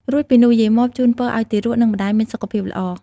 រួចពីនោះ យាយម៉បជូនពរឱ្យទារក និងម្ដាយមានសុខភាពល្អ។